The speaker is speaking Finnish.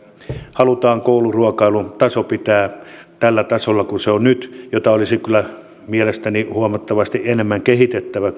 kouluruokailun pitää olla tällä tasolla kuin se on nyt ja sitä olisi kyllä mielestäni huomattavasti enemmän kehitettävä